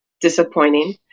disappointing